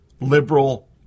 liberal